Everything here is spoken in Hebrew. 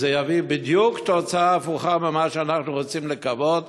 וזה יביא בדיוק לתוצאה הפוכה ממה שאנחנו רוצים לקוות.